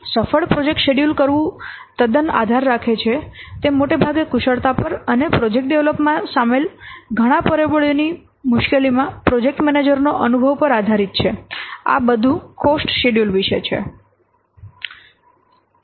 સફળ project schedule કરવું તદ્દન આધાર રાખે છે તે મોટાભાગે કુશળતા પર અને પ્રોજેક્ટ ડેવલપમેન્ટમાં સામેલ ઘણા પરિબળોની મુશ્કેલીમાં પ્રોજેક્ટ મેનેજરનો અનુભવ પર આધારીત છે આ બધું કોસ્ટ શેડ્યૂલ વિશે છે